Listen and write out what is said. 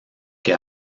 que